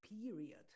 Period